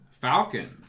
Falcon